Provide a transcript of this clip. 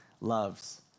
loves